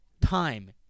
time